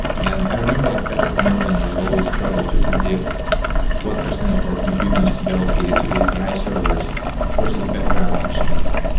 and i remember like back at mailgun, we would always struggle to predict what percentage of our compute needs to be allocated to api servers versus background machines.